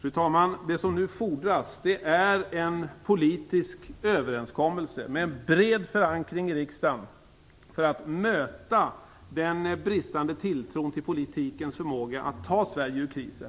Fru talman! Nu fordras det en politisk överenskommelse med en bred förankring i riksdagen för att möta den bristande tilltron till politikens förmåga att ta Sverige ur krisen.